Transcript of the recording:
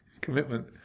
commitment